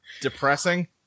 Depressing